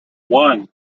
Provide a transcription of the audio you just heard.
one